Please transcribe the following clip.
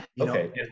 Okay